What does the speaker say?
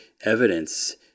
evidence